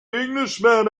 englishman